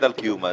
קיומה.